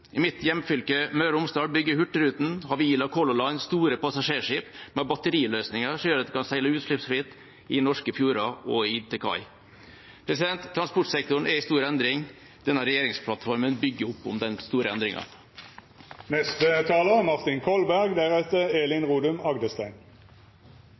I mitt hjemfylke Møre og Romsdal bygger Hurtigruten, Havila og Color Line store passasjerskip med batteriløsninger som gjør at man kan seile utslippsfritt i norske fjorder og inn til kai. Transportsektoren er i stor endring. Denne regjeringsplattformen bygger opp om den store